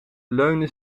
leunde